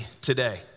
today